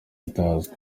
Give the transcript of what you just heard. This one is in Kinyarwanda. utazwi